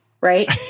right